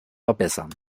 verbessern